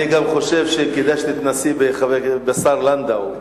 אני גם חושב שכדאי שתתנסי בשר לנדאו.